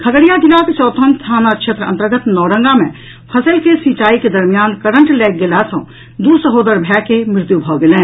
खगड़िया जिलाक चौथम थाना क्षेत्र अन्तर्गत नौरंगा मे फसलि के सिंचाई के दरमियान करंट लागि गेला सँ दू सहोदर भाई के मृत्यु भऽ गेलनि